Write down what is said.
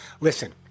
listen